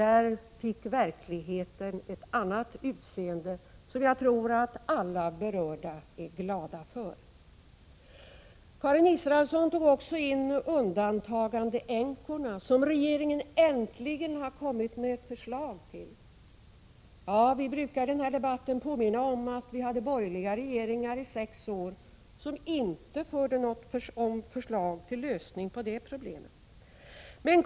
Där fick verkligheten ett annat utseende, som jag tror att alla berörda är glada för. Karin Israelsson tog också upp undantagandeänkorna som regeringen äntligen har kommit med förslag om. Ja, vi brukar i den här debatten påminna om att vi hade borgerliga regeringar i sex år som inte förde fram något förslag till lösning på det här problemet.